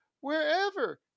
wherever